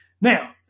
Now